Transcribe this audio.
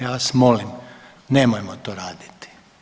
Ja vas molim, nemojmo to raditi.